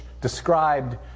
described